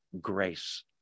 grace